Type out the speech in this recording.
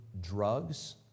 drugs